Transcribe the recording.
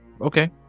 okay